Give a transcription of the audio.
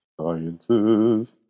Sciences